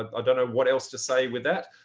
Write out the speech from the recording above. i don't know what else to say with that.